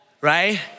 right